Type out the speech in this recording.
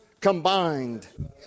combined